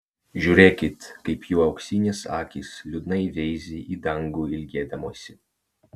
žiūrėkit kaip jų auksinės akys liūdnai veizi į dangų ilgėdamosi